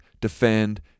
defend